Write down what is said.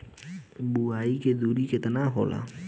बुआई के दुरी केतना होला?